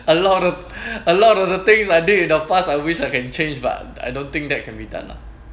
a lot of a lot of the things I did with the past I wish I can change but I don't think that can be done lah